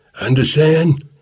Understand